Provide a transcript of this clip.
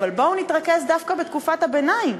אבל בואו נתרכז דווקא בתקופת הביניים.